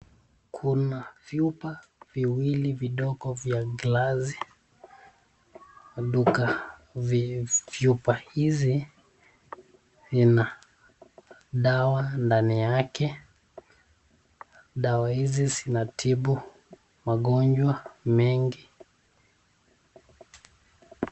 Kuna vyupa viwili vidogo vya glasi. Vyupa hizi vina dawa ndani yake. Dawa hizi zinatibu magonjwa mengi.